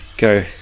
Go